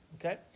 okay